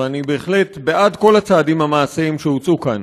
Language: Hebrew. ואני בהחלט בעד כל הצעדים המעשיים שהוצעו כאן,